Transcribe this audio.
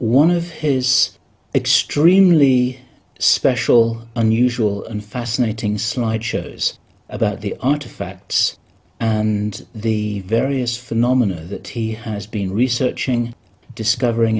one of his extremely special unusual and fascinating slide shows about the artifacts and the various phenomena that he has been researching discovering